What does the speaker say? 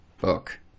book